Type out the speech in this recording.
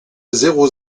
zéro